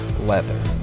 leather